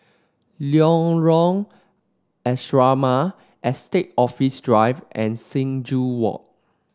Lorong Asrama Estate Office Drive and Sing Joo Walk